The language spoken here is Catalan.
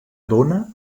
dóna